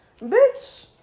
bitch